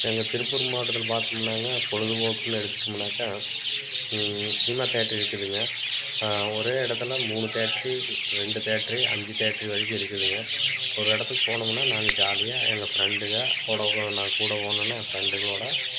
எங்கள் திருப்பூர் மாவட்டத்தில் பார்த்தோம்னாங்க பொழுதுபோக்குன்னு எடுத்துகிட்டோம்னாக்கா சினிமா தேட்டரு இருக்குதுங்க ஒரே இடத்துல மூணு தேட்டரு ரெண்டு தேட்டரு அஞ்சு தேட்டரு வரைக்கும் இருக்குதுங்க ஒரு இடத்துக்குப் போனோமுன்னால் நாங்கள் ஜாலியாக எங்கள் ஃப்ரெண்டுகள் நாங்கள் கூட போனோடன்னே என் ஃப்ரெண்டுகளோடு